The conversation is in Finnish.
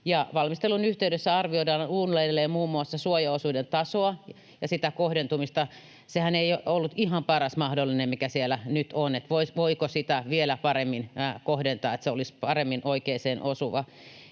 valmistelun yhteydessä arvioidaan uudelleen muun muassa suojaosuuden tasoa ja kohdentumista — sehän ei ollut ihan paras mahdollinen, mikä siellä nyt on, että voiko sitä vielä paremmin kohdentaa, että se olisi paremmin oikeaan osuva